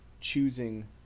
choosing